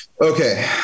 Okay